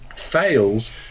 Fails